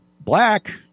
black